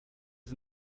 das